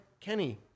Kenny